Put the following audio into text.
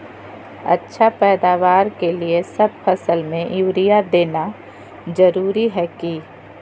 अच्छा पैदावार के लिए सब फसल में यूरिया देना जरुरी है की?